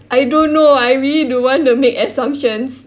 I don't know I really don't want to make assumptions